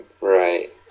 Right